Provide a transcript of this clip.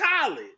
college